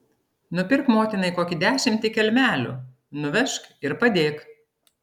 nupirk motinai kokį dešimtį kelmelių nuvežk ir padėk